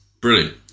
Brilliant